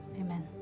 Amen